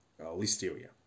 listeria